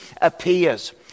appears